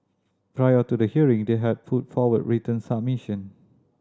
prior to the hearing they had put forward written submission